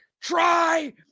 try